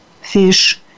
fish